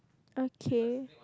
okay